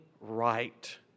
right